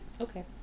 Okay